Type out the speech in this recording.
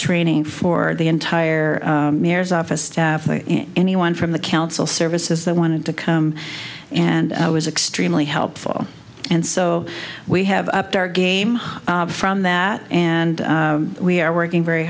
training for the entire mayor's office anyone from the council services that wanted to come and i was extremely helpful and so we have upped our game from that and we are working very